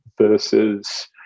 versus